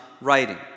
writing